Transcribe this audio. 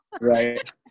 right